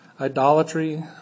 idolatry